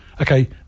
okay